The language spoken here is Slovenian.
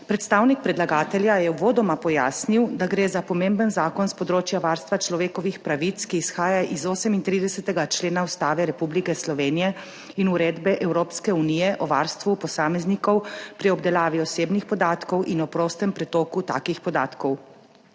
Predstavnik predlagatelja je uvodoma pojasnil, da gre za pomemben zakon s področja varstva človekovih pravic, ki izhaja iz 38. člena Ustave Republike Slovenije in Uredbe Evropske unije o varstvu posameznikov pri obdelavi osebnih podatkov in o prostem pretoku takih podatkov.